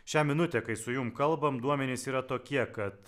šią minutę kai su jum kalbam duomenys yra tokie kad